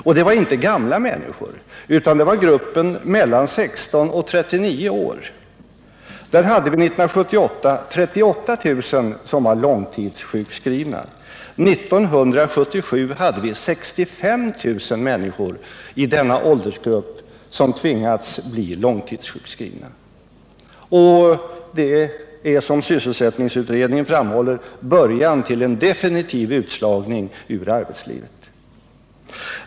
Det gällde inte gamla människor utan gruppen mellan 16 och 39 år. Där hade vi 38 000 långtidssjukskrivna år 1970. År 1977 hade vi 65 000 människor i denna åldersgrupp som tvingats bli långtidssjukskrivna. Det är, som sysselsättningsutredningen framhåller, början till en definitiv utslagning ur arbetslivet.